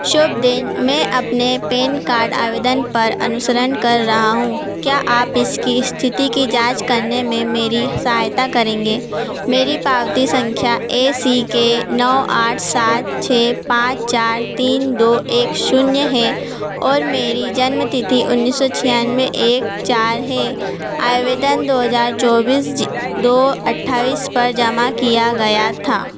शुभ दिन में अपने पैन कार्ड आवेदन पर अनुसरण कर रहा हूँ क्या आप इसकी इस्थिति की जाँच करने में मेरी सहायता करेंगे मेरी पावती सँख्या ए सी के नौ आठ सात छह पाँच चार तीन दो एक शून्य है और मेरी जन्मतिथि उन्नीस सौ छियानबे एक चार है आवेदन दो हज़ार चौबीस दो अट्ठाइस पर जमा किया गया था